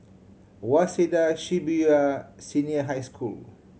Waseda Shibuya Senior High School